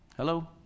Hello